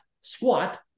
squat